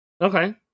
Okay